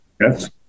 Yes